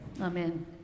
amen